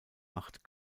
acht